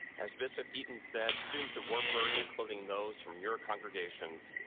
as bishop eaton said, students at wartburg, including those from your congregations,